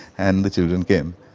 and the children came.